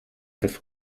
with